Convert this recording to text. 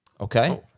Okay